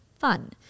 fun